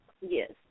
Yes